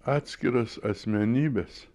atskiros asmenybės